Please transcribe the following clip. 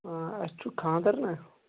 آ اَسہِ چھُ خانٛدر نا